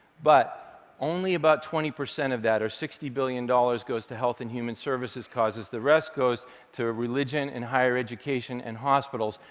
but only about twenty percent of that, or sixty billion dollars, goes to health and human services causes. the rest goes to religion and higher education and hospitals,